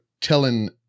telling